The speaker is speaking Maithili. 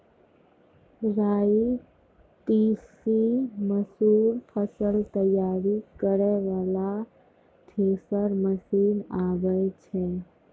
राई तीसी मसूर फसल तैयारी करै वाला थेसर मसीन आबै छै?